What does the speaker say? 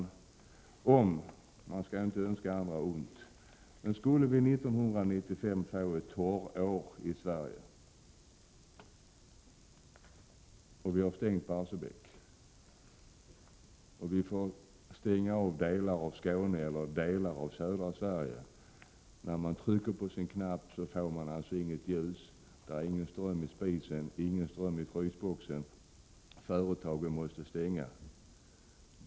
Låt oss anta att vi — man skall inte önska andra ont — 1995 skulle få ett torrår i Sverige, hade stängt Barsebäcksverket och var tvungna att stänga av delar av Skåne och södra Sverige. När vi tryckte på knappen skulle vi inte få något ljus, ingen ström i spisen eller i frysboxen och företagen måste stänga.